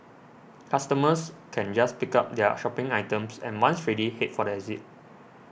customers can just pick up their shopping items and once ready head for the exit